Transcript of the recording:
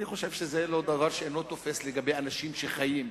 אני חושב שזה דבר שאינו תופס לגבי אנשים שחיים,